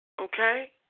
Okay